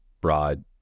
broad